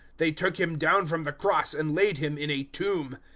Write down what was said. they took him down from the cross and laid him in a tomb.